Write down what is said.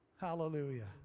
hallelujah